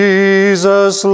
Jesus